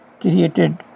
created